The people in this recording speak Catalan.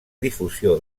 difusió